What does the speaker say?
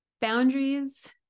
boundaries